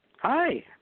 Hi